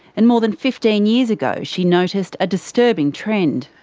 and more than fifteen years ago she noticed a disturbing trend.